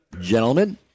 Gentlemen